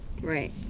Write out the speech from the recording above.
Right